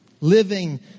Living